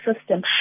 system